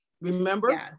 Remember